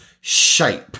shape